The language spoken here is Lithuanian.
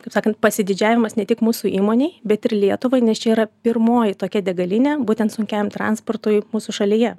kaip sakant pasididžiavimas ne tik mūsų įmonei bet ir lietuvai nes čia yra pirmoji tokia degalinė būtent sunkiajam transportui mūsų šalyje